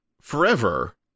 forever